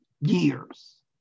years